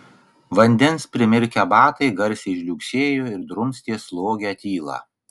vandens primirkę batai garsiai žliugsėjo ir drumstė slogią tylą